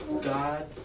God